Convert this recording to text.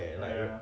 then